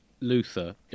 Luther